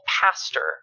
pastor